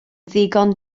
ddigon